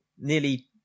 nearly